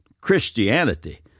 Christianity